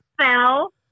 fell